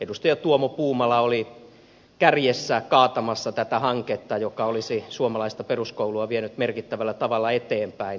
edustaja tuomo puumala oli kärjessä kaatamassa tätä hanketta joka olisi suomalaista peruskoulua vienyt merkittävällä tavalla eteenpäin